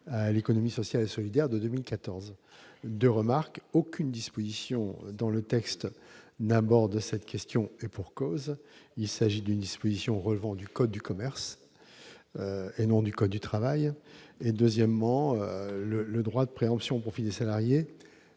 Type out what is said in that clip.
l'économie sociale et solidaire. Je ferai deux remarques. Premièrement, aucune disposition dans le texte n'aborde cette question, et pour cause : il s'agit d'une disposition relevant du code de commerce et non du code du travail. Deuxièmement, le droit de préemption au profit des salariés